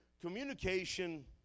Communication